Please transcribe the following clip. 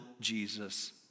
Jesus